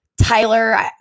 Tyler